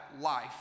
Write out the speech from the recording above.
life